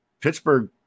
Pittsburgh